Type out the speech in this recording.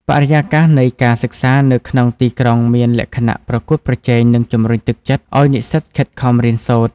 បរិយាកាសនៃការសិក្សានៅក្នុងទីក្រុងមានលក្ខណៈប្រកួតប្រជែងនិងជំរុញទឹកចិត្តឱ្យនិស្សិតខិតខំរៀនសូត្រ។